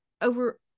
over